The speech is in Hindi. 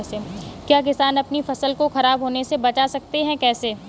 क्या किसान अपनी फसल को खराब होने बचा सकते हैं कैसे?